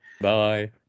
Bye